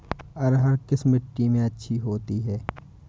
अरहर किस मिट्टी में अच्छी होती है?